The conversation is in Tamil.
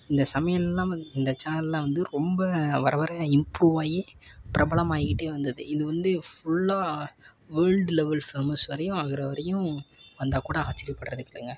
இந்த சமையலெலாம் வந்து இந்த சேனலில் வந்து ரொம்ப வர வர இம்ப்ரூவ் ஆகி பிரபலமாகிக்கிட்டே வந்தது இது வந்து ஃபுல்லாக வேர்ல்டு லெவல் ஃபேமஸ் வரையும் ஆகிற வரையும் வந்தால்க்கூட ஆச்சரியப்படுறதுக்கு இல்லைங்க